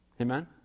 Amen